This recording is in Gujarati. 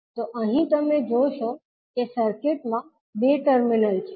તો અહીં તમે જોશો કે સર્કિટમાં બે ટર્મિનલ છે